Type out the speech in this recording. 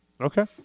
Okay